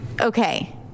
Okay